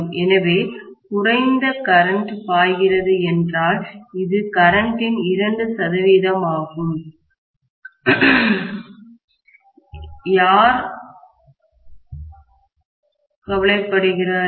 எனவே குறைந்த கரண்ட் பாய்கிறது என்றால் இது கரண்ட்டின் 2 சதவிகிதம் ஆகும் யார் கவலைப்படுகிறார்கள்